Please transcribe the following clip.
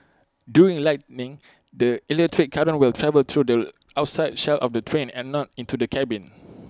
during lightning the electric current will travel through the outside shell of the train and not into the cabin